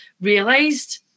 realised